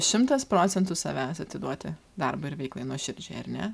šimtas procentų savęs atiduoti darbui ir veiklai nuoširdžiai ar ne